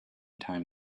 time